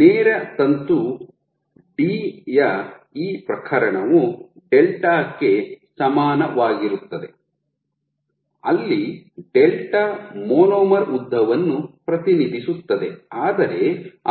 ನೇರ ತಂತು ಡಿ ಯ ಈ ಪ್ರಕರಣವು ಡೆಲ್ಟಾ ಕ್ಕೆ ಸಮಾನವಾಗಿರುತ್ತದೆ ಅಲ್ಲಿ ಡೆಲ್ಟಾ ಮೊನೊಮರ್ ಉದ್ದವನ್ನು ಪ್ರತಿನಿಧಿಸುತ್ತದೆ ಆದರೆ